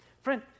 Friend